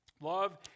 Love